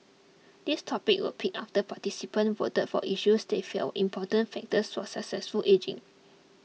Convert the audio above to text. these topics were picked after participants voted for issues they felt important factors for successful ageing